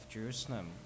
Jerusalem